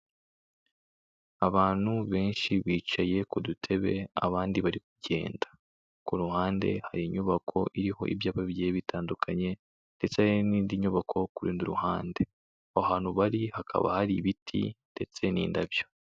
Abantu benshi bicaye ku dutebe, abandi bari kugenda. Ku ruhande hari inyubako iriho ibyapa bigiye bitandukanye, ndetse n'indi nyubako ku rundi ruhande. Aho hantu bari hakaba hari ibiti ndetse n'indabyo.